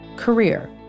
Career